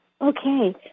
Okay